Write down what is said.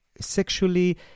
sexually